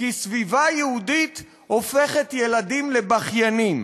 כי סביבה יהודית הופכת ילדים לבכיינים.